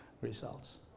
results